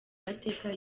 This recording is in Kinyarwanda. mateka